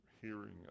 hearing